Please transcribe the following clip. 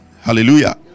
Hallelujah